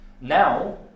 Now